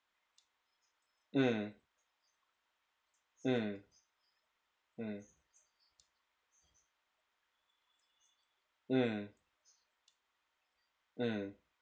mm mm mm mm mm